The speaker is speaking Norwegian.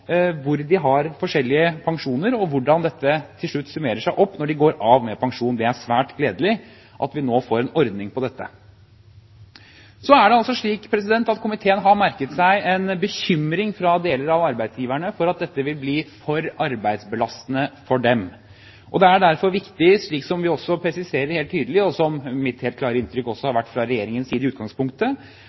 hvor de har forskjellige pensjoner, og hvordan dette til slutt summerer seg opp når de går av med pensjon. Det er svært gledelig at vi nå får en ordning på dette. Komiteen har merket seg en bekymring fra noen av arbeidsgiverne for at dette vil bli for arbeidsbelastende for dem. Det er derfor viktig, slik vi også presiserer helt tydelig, og som er mitt helt klare inntrykk også har vært utgangspunktet fra regjeringens side,